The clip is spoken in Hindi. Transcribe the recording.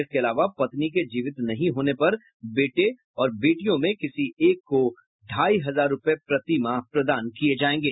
इसके अलावा पत्नी के जीवित नहीं होने पर बेटे और बेटियों में किसी एक को ढाई हजार रूपये प्रति माह प्रदान किये जायेंगे